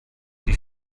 die